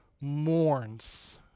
mourns